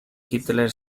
hitler